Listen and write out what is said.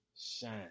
shine